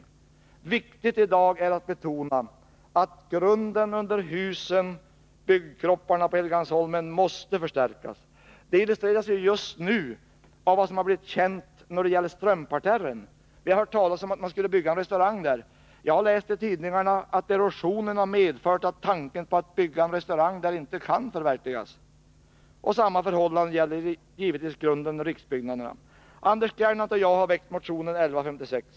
Viktigt i dag är att betona att grunden under byggkropparna på Helgeandsholmen måste förstärkas. Det illustreras av vad som nyligen blivit känt när det gäller Strömparterren. Det har varit på tal att bygga en restaurang där. Men jag har läst i tidningarna att den tanken inte kan förverkligas på grund av erosionen. På samma sätt förhåller det sig givetvis när det gäller grunden under riksbyggnaderna. Anders Gernandt och jag har väckt motion 1156.